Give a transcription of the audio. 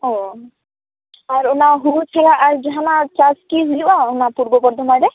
ᱚ ᱟᱨ ᱚᱱᱟ ᱦᱩᱲᱩ ᱪᱷᱟᱲᱟ ᱟᱨ ᱡᱟᱦᱟᱱᱟᱜ ᱪᱟᱥ ᱠᱤ ᱦᱩᱭᱩᱜᱼᱟ ᱚᱱᱟ ᱯᱩᱨᱵᱚ ᱵᱚᱨᱫᱷᱚᱢᱟᱱ ᱨᱮ